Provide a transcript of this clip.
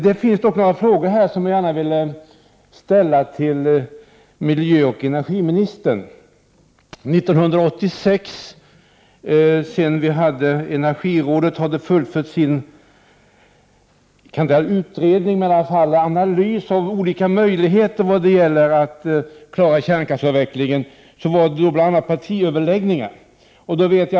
Jag vill ställa några frågor till miljöoch energiministern. Sedan energirådet fullföljt sin analys av möjligheterna att klara kärnkraftsavvecklingen genomfördes 1986 partiöverläggningar.